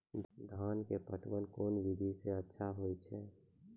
धान के पटवन कोन विधि सै अच्छा होय छै?